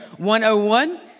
101